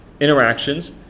interactions